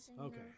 Okay